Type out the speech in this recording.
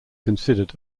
considered